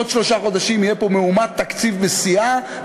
עוד שלושה חודשים תהיה פה מהומת התקציב בשיאה,